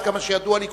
עד כמה שידוע לי,